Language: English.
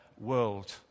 world